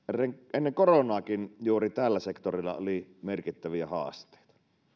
ennen koronaakin juuri tällä sektorilla oli merkittäviä haasteita